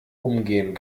umgehen